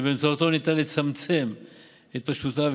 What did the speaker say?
שבאמצעותו ניתן לצמצם את התפשטותה,